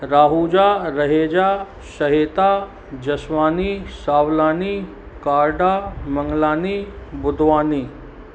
Rahuja Raheja Shaheta Jaswani Savlani Karda Manglani Budhwani